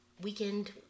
weekend